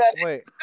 Wait